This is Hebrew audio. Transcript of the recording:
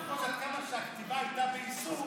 עד כמה שהכתיבה הייתה באיסור,